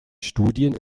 studien